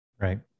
right